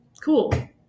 cool